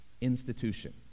institution